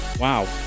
Wow